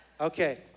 Okay